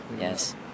yes